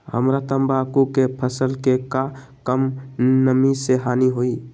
हमरा तंबाकू के फसल के का कम नमी से हानि होई?